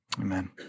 Amen